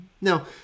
Now